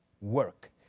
work